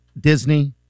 Disney